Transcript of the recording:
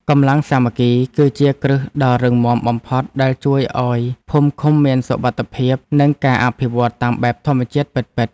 កម្លាំងសាមគ្គី គឺជាគ្រឹះដ៏រឹងមាំបំផុតដែលជួយឱ្យភូមិឃុំមានសុវត្ថិភាព និងការអភិវឌ្ឍតាមបែបធម្មជាតិពិតៗ។